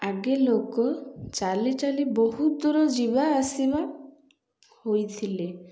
ଆଗେ ଲୋକ ଚାଲି ଚାଲି ବହୁତ ଦୂର ଯିବା ଆସିବା ହୋଇଥିଲେ